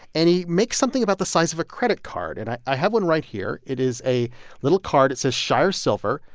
and he makes something about the size of a credit card. and i i have one right here. it is a little card. it says shire silver.